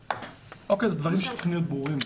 אלה דברים שצריכים להיות ברורים.